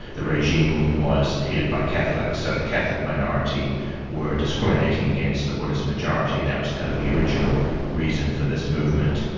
the regime was headed by catholics, so the catholic minority were discriminating against the buddhist majority and that was kind of the original reason for this movement.